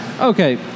Okay